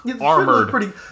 armored